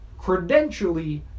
credentially